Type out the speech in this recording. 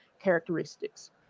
characteristics